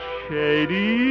shady